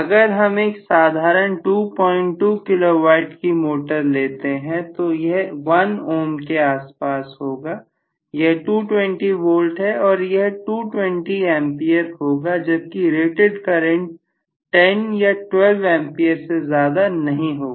अगर हम एक साधारण 22kW की मोटर लेते हैं तो यह 1 ohm के आस पास होगा यह 220 V है और यह 220A होगा जबकि रेटेड करंट 10 या 12 A से ज्यादा नहीं होगा